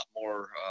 more